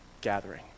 gathering